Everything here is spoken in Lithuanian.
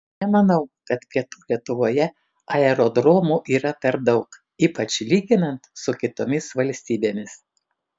nemanau kad pietų lietuvoje aerodromų yra per daug ypač lyginant su kitomis valstybėmis